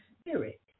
spirit